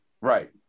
Right